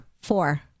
Four